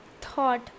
thought